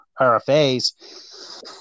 RFAs